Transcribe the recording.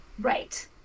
Right